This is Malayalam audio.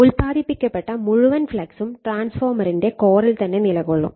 ഉത്പാദിപ്പിക്കപ്പെട്ട മുഴുവൻ ഫ്ളക്സും ട്രാൻസ്ഫോർമേറിന്റെ കോറിൽ തന്നെ നിലകൊള്ളും